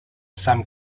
some